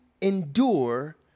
endure